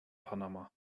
panama